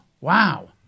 Wow